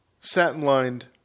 Satin-lined